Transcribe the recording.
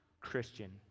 Christian